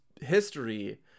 history